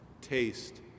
Taste